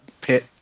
pit